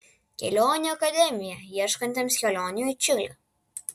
kelionių akademija ieškantiems kelionių į čilę